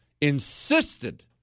insisted